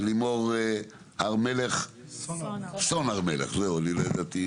לימור סון הר מלך, בבקשה.